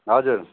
हजुर